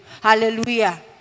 Hallelujah